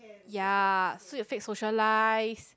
ya so you'll fake socialise